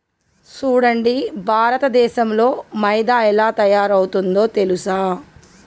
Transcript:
సూడండి భారతదేసంలో మైదా ఎలా తయారవుతుందో తెలుసా